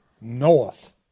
north